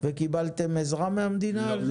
קיבלתם עזרה מן המדינה על זה?